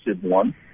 one